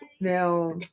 now